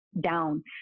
down